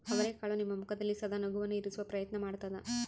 ಅವರೆಕಾಳು ನಿಮ್ಮ ಮುಖದಲ್ಲಿ ಸದಾ ನಗುವನ್ನು ಇರಿಸುವ ಪ್ರಯತ್ನ ಮಾಡ್ತಾದ